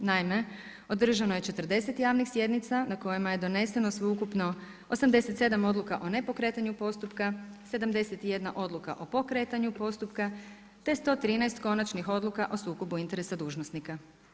Naime, održano je 40 javnih sjednica na kojima je doneseno sveukupno 87 odluka o nepokretanju postupka, 71 odluka o pokretanju postupka te 113 konačnih odluka o sukobu interesa dužnosnika.